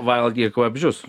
valgyk vabzdžius